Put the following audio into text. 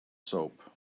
soap